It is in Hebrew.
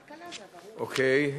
אוקיי.